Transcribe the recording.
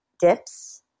dips